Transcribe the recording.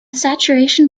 saturation